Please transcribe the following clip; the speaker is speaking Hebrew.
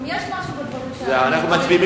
אנחנו מצביעים.